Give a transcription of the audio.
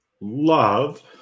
love